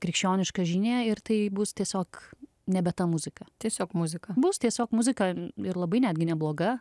krikščioniška žinia ir tai bus tiesiog nebe ta muzika tiesiog muzika bus tiesiog muzika ir labai netgi nebloga